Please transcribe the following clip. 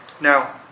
Now